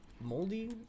Moldy